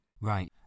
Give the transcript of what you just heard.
Right